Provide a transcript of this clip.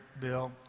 bill